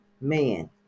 man